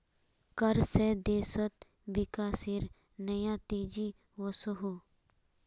कर से देशोत विकासेर नया तेज़ी वोसोहो